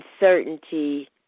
uncertainty